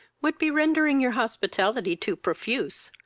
would be rendering your hospitality too profuse.